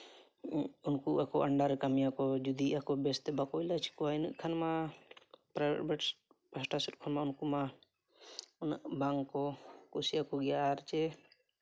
ᱩᱱᱠᱩ ᱟᱠᱚᱣᱟᱜ ᱟᱱᱰᱟᱨ ᱨᱮ ᱠᱟᱹᱢᱤᱭᱟᱠᱚ ᱡᱩᱫᱤ ᱟᱠᱚ ᱵᱮᱥᱛᱮ ᱵᱟᱠᱚ ᱤᱱᱟᱹᱜ ᱠᱷᱟᱱ ᱢᱟ ᱯᱨᱟᱭᱵᱷᱮᱹᱴ ᱯᱟᱥᱴᱟ ᱥᱮᱫ ᱠᱷᱚᱡ ᱢᱟ ᱩᱱᱠᱩ ᱢᱟ ᱩᱱᱟᱹᱜ ᱵᱟᱝᱠᱚ ᱠᱩᱥᱤᱭᱟᱠᱚ ᱜᱮᱭᱟ ᱟᱨ ᱪᱮ